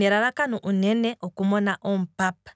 yaka ta lelepo omupapa.